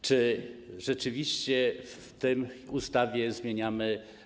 Czy rzeczywiście w tej ustawie zmieniamy.